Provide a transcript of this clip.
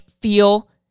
feel